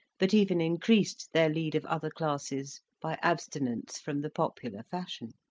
but even increased their lead of other classes by abstinence from the popular fashion.